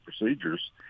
procedures